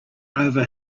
over